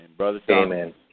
Amen